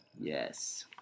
Yes